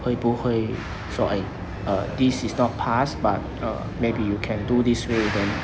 会不会说 like uh this is not pass but uh maybe you can do this way then